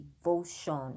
devotion